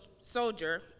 soldier